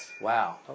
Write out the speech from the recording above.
Wow